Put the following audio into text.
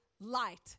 light